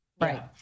Right